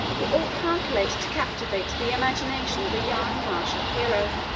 were all calculated to captivate the imagination of a young martial hero.